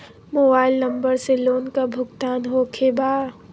Mobile number से loan का भुगतान होखे बा?